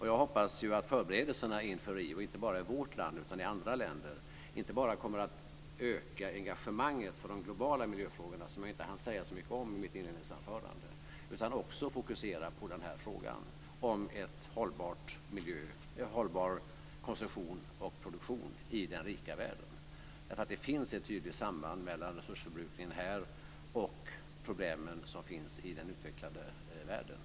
Jag hoppas att förberedelserna inför Johannesburg - inte bara i vårt land utan även i andra länder - inte bara kommer att öka engagemanget för de globala miljöfrågorna, som jag inte hann säga så mycket om i mitt inledningsanförande, utan också fokusera på frågan om en hållbar konsumtion och produktion i den rika världen. Det finns ett tydligt samband mellan resursförbrukningen här och de problem som finns i utvecklingsländerna.